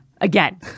Again